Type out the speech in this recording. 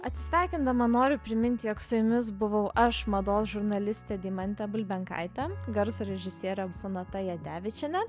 atsisveikindama noriu priminti jog su jumis buvau aš mados žurnalistė deimantė bulbenkaitė garso režisierė sonata jadevičienė